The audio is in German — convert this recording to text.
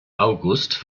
august